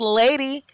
lady